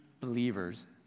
Believers